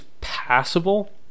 passable